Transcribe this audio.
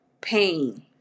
pain